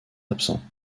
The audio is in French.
absents